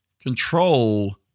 control